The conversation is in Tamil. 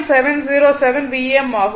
707 Vm ஆகும்